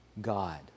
God